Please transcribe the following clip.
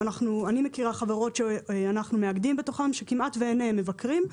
אני מכירה חברות שכמעט ואין בהן מבקרים.